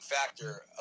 factor